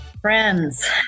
Friends